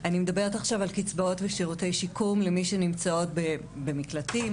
עכשיו על קצבאות ושירותי שיקום למי שנמצאות במקלטים,